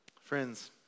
Friends